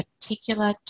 particular